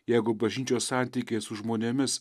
jeigu bažnyčios santykiai su žmonėmis